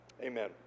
amen